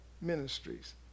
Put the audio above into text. ministries